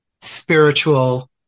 spiritual